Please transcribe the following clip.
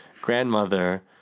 grandmother